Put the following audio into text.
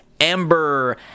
Amber